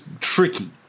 tricky